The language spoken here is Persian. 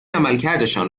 عملکردشان